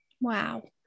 Wow